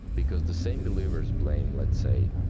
because the same believers blame, let's say,